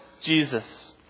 Jesus